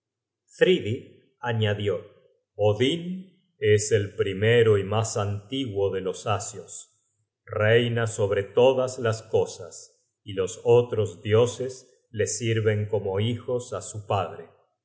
thridi añadió odin es el primero y mas antiguo de los asios reina sobre todas las cosas y los otros dioses le sirven como hijos á su padre